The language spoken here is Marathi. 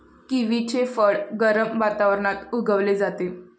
किवीचे फळ गरम वातावरणात उगवले जाते